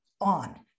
on